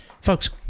Folks